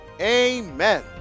amen